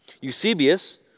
Eusebius